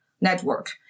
network